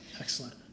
Excellent